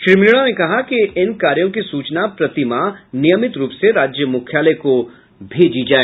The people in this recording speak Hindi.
श्री मीणा ने कहा है कि इन कार्यो की सूचना प्रतिमाह नियमित रूप से राज्य मुख्यालय को भी भेजी जाए